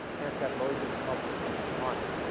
and it's got loads of helpful things on it.